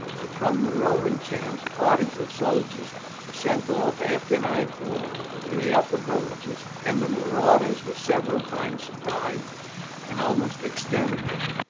but from the roman camps parties of soldiers were sent off after nightfall to the upper villages, and the marauders were several times surprised and almost exterminated.